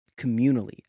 communally